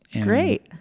great